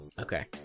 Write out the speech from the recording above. Okay